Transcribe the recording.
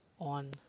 on